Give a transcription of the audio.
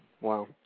Wow